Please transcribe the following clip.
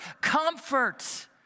comfort